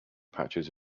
patches